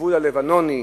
הגבול הלבנוני,